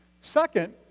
Second